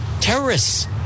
terrorists